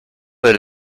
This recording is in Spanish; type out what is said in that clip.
del